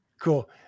cool